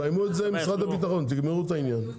תסיימו את זה עם משרד הביטחון, תגמרו את העניין.